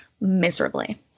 miserably